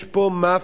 יש פה מאפיה,